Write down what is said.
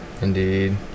Indeed